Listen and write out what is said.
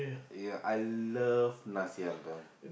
ya I love nasi-ambeng